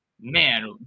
Man